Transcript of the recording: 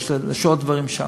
יש עוד דברים שם.